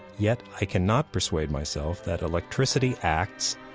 yet, i cannot persuade myself that electricity acts,